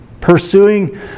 Pursuing